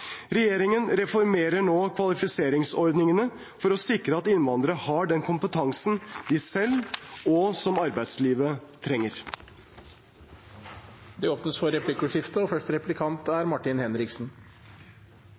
Regjeringen reformerer nå kvalifiseringsordningene for å sikre at innvandrere har den kompetansen de selv og arbeidslivet trenger. Det blir replikkordskifte.